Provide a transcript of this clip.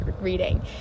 reading